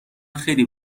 خیلی